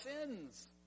sins